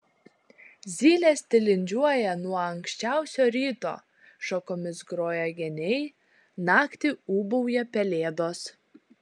zylės tilindžiuoja nuo anksčiausio ryto šakomis groja geniai naktį ūbauja pelėdos